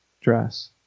dress